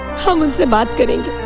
home and tomorrow.